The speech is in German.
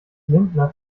lindner